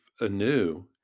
anew